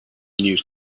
news